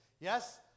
Yes